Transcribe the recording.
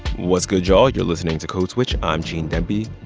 what's good, y'all? you're listening to code switch. i'm gene demby.